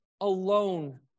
alone